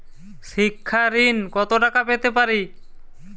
শিক্ষা ঋণ কত টাকা পেতে পারি?